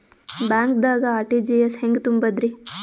ಬ್ಯಾಂಕ್ದಾಗ ಆರ್.ಟಿ.ಜಿ.ಎಸ್ ಹೆಂಗ್ ತುಂಬಧ್ರಿ?